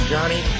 Johnny